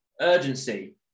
urgency